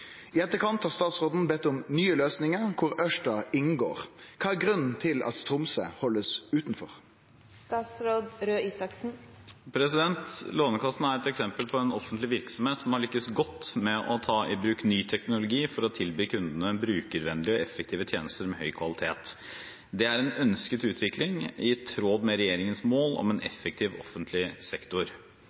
I etterkant har statsråden bedt om nye løsninger hvor Ørsta inngår. Hva er grunnen til at Tromsø holdes utenfor?» Lånekassen er et eksempel på en offentlig virksomhet som har lykkes godt med å ta i bruk ny teknologi for å tilby kundene brukervennlige og effektive tjenester med høy kvalitet. Det er en ønsket utvikling i tråd med regjeringens mål om en effektiv offentlig sektor.